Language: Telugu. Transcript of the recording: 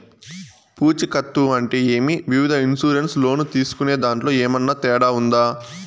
పూచికత్తు అంటే ఏమి? వివిధ ఇన్సూరెన్సు లోను తీసుకునేదాంట్లో ఏమన్నా తేడా ఉందా?